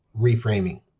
reframing